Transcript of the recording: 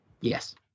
Yes